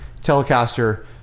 telecaster